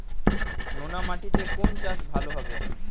নোনা মাটিতে কোন চাষ ভালো হবে?